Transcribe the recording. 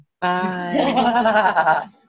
Bye